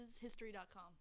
history.com